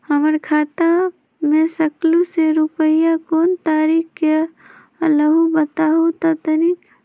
हमर खाता में सकलू से रूपया कोन तारीक के अलऊह बताहु त तनिक?